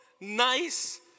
nice